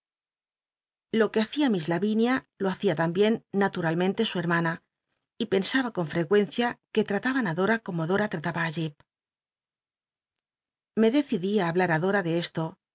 lo que hacia miss lavinia lo bacia tambien naturalmente su hermana y pensaba con frecuencia que trataban i dora como dora trataba ü jip lie decidí ri hablar ri dora de esto